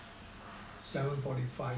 seven forty five